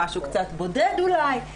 משהו קצת בודד אולי,